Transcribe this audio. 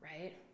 right